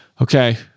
Okay